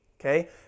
Okay